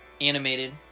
Animated